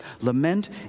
Lament